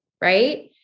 Right